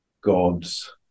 God's